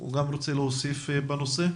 גם רוצה להוסיף בנושא.